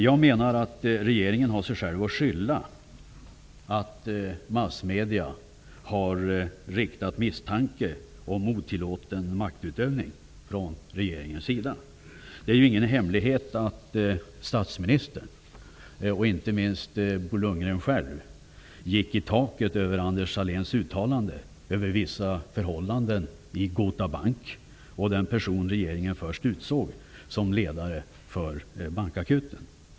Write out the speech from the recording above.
Jag menar att regeringen har sig själv att skylla för att massmedia riktat misstanke om otillåten maktutövning från regeringens sida. Det är ju ingen hemlighet att statsministern, och inte minst Bo Lundgren själv, gick i taket över Anders Sahléns uttalande över vissa förhållanden i Gota bank och den person som regeringen först utsåg till ledare för Bankakuten.